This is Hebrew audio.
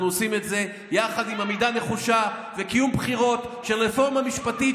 אנחנו עושים את זה יחד עם עמידה נחושה וקיום בחירות של רפורמה משפטית,